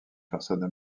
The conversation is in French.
personnes